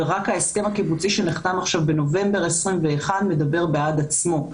ורק ההסכם הקיבוצי שנחתם עכשיו בנובמבר 2021 מדבר בעד עצמו.